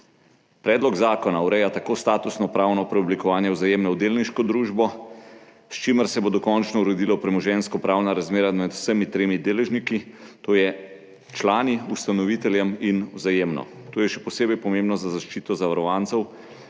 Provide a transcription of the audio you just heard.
Predlog zakona ureja tako statusno pravno preoblikovanje Vzajemne v delniško družbo, s čimer se bo dokončno uredilo premoženjskopravna razmerja med vsemi tremi deležniki, to je člani, ustanoviteljem in Vzajemno. To je še posebej pomembno za zaščito zavarovancev,